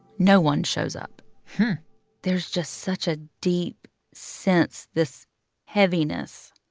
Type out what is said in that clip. no one shows up there's just such a deep sense this heaviness.